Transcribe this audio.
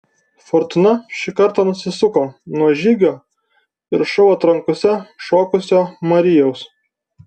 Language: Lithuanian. fortūna šį kartą nusisuko nuo žygio ir šou atrankose šokusio marijaus